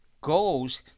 goals